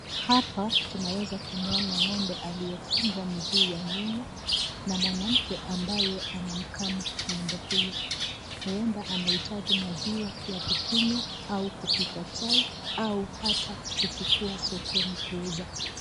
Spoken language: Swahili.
Hapa tunawaza kumuona ng'ombe aliyefungwa miguu wa nyuma na mwanamke ambaye anamkama ng'ombe huyo. Huenda anahitaji maziwa ya kukunywa ama kupika chai au hata kuchukua sokoni kuuza.